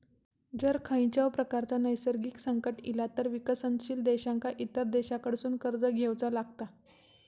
जर खंयच्याव प्रकारचा नैसर्गिक संकट इला तर विकसनशील देशांका इतर देशांकडसून कर्ज घेवचा लागता